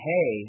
Hey